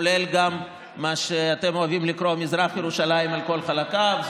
כולל גם מה שאתם אוהבים לקרוא "מזרח ירושלים" על כל חלקיו,